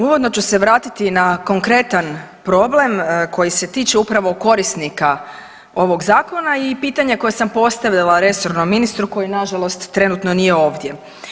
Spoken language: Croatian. Uvodno ću se vratiti na kompletan problem koji se tiče upravo korisnika ovog zakona i pitanje koje sam postavila resornom ministru koji nažalost trenutno nije ovdje.